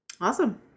Awesome